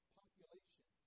population